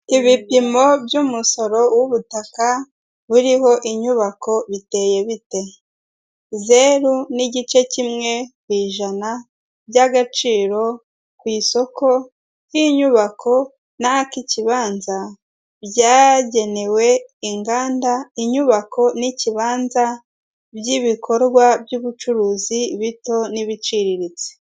Ibipimo by'umusoro w'ubutaka buriho inyubako biteye bite? zeru n'igice kimwe ku ijana by'agaciro ku isoko ry'inyubako naka ikibanza byagenewe inganda, inyubako n'ikibanza by'ibikorwa by'ubucuruzi bito n'ibiciriritse.